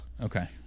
Okay